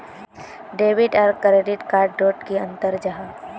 Debit आर credit card डोट की अंतर जाहा?